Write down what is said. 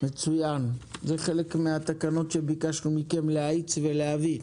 זה חלק מהתקנות שביקשנו מכם להאיץ ולהביא.